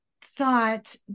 thought